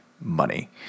money